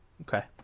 Okay